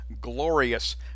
glorious